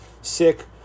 sick